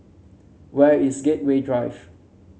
where is Gateway Drive